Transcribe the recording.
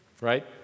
right